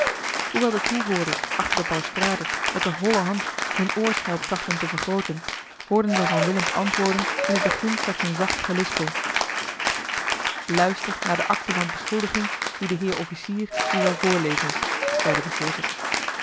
hoewel de toehoorders achter de balustrade met de holle hand hun oorschelp trachtten te vergrooten hoorden zij van willems antwoorden in het begin slechts een zacht gelispel luister naar de akte van beschuldiging die de heer officier je zal voorlezen zeide de voorzitter